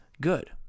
good